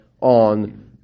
on